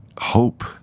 hope